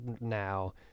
now